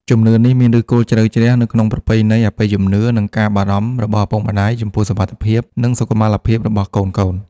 ជំនឿនេះមានឫសគល់ជ្រៅជ្រះនៅក្នុងប្រពៃណី អបិយជំនឿ និងការបារម្ភរបស់ឪពុកម្តាយចំពោះសុវត្ថិភាព និងសុខុមាលភាពរបស់កូនៗ។